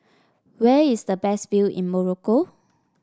where is the best view in Morocco